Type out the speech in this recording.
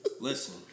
Listen